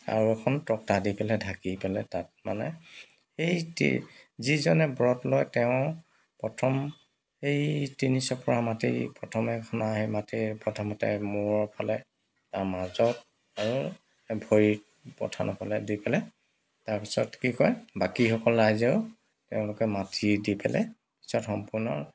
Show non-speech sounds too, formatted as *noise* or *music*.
আৰু এখন তক্তা দি পেলাই ঢাকিপেলে তাত মানে সেই যিজনে ব্ৰত লয় তেওঁ প্ৰথম এই তিনিচপৰা মাটি *unintelligible* প্ৰথমতে মূৰৰ ফালে তাৰ মাজত আৰু ভৰিত পঠানৰফালে দি পেলাই তাৰপিছত কি কয় বাকীসকল ৰাইজেও তেওঁলোকে মাটি দি পেলাই পিছত সম্পূৰ্ণ